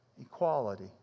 Equality